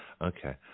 Okay